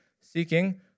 seeking